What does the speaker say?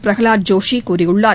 பிரஹலாத் ஜோஷி கூறியுள்ளார்